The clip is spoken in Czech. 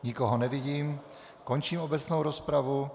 Nikoho nevidím, končím obecnou rozpravu.